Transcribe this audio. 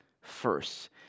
first